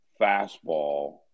fastball